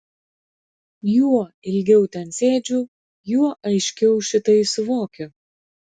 juo ilgiau ten sėdžiu juo aiškiau šitai suvokiu